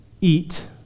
eat